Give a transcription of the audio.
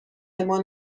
مان